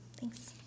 Thanks